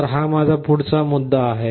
तर हा माझा पुढचा मुद्दा आहे